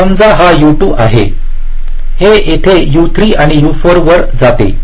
समजा हा U2 आहे हे येथे U3 आणि U4 वर जाते